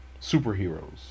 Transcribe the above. superheroes